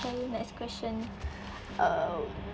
okay next question um